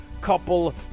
couple